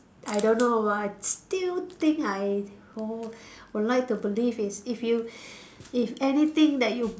I don't know but I still think I know would like to believe is if you if anything that you